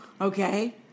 okay